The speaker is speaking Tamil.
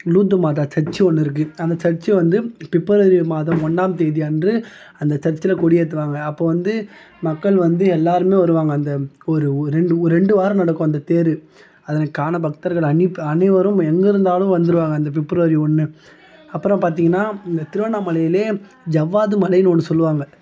லூர்து மாதா சர்ச் ஒன்று இருக்கு அந்த சர்ச் வந்து பிப்ரவரி மாதம் ஒன்றாம் தேதி அன்று அந்த சர்ச்சில் கொடி ஏற்றுவாங்க அப்போ வந்து மக்கள் வந்து எல்லாருமே வருவாங்க அந்த ஒரு ஒரு ரெண்டு வாரம் நடக்கும் அந்த தேர் அதனைக் காண பக்தர்கள் அன்னி அனைவரும் எங்கே இருந்தாலும் வந்துருவாங்க அந்த பிப்ரவரி ஒன்று அப்புறம் பார்த்தீங்கன்னா இந்த திருவண்ணாமலையில் ஜவ்வாது மலையின்னு ஒன்று சொல்லுவாங்க